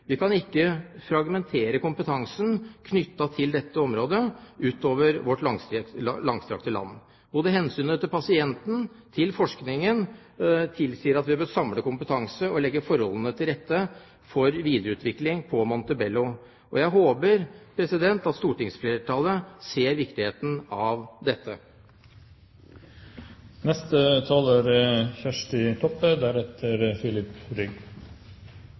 Vi kan ikke fragmentere kompetansen på dette området utover vårt langstrakte land. Både hensynet til pasienten og til forskningen tilsier at vi bør samle kompetanse og legge forholdene til rette for videreutvikling på Montebello. Jeg håper at stortingsflertallet ser viktigheten av dette.